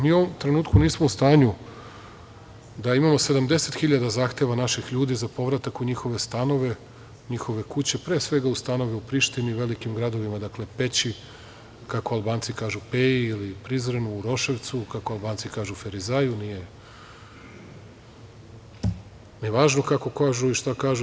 Mi u ovom trenutku nismo u stanju da imamo 70 hiljada zahteva za povratak naših ljudi, za povratak u njihove stanove, njihove kuće, a pre svega u stanove u Prištini, velikim gradovima, Peći, kako Albanci kažu – Peji, Prizrenu ili Uroševcu, kako Albanci kažu – Ferizaju, nije ni važno kako i šta kažu.